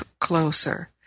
closer